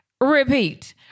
repeat